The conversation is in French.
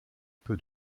peu